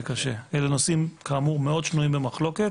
זה קשה, אלה נושאים מאוד שנויים במחלוקת